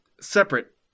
separate